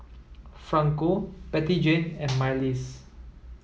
Franco Bettyjane and Myles